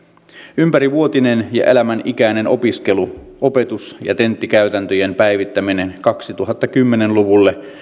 ympärivuotinen ja elämänikäinen opiskelu opetus ja tenttikäytäntöjen päivittäminen kaksituhattakymmenen luvulle